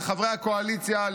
לחברי הקואליציה,